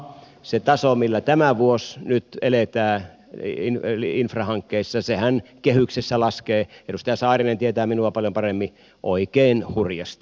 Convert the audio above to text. se tasohan millä tämä vuosi nyt eletään infrahankkeissa kehyksessä laskee edustaja saarinen tietää minua paljon paremmin oikein hurjasti